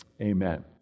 amen